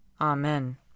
Amen